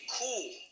cool